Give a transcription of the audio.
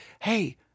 hey